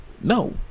No